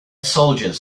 soldiers